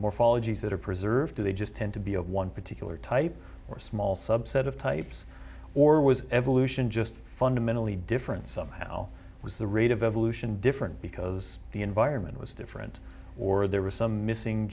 morphologies that are preserved are they just tend to be of one particular type or small subset of types or was evolution just fundamentally different somehow was the rate of evolution different because the environment was different or there was some missing